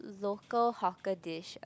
local hawker dish ah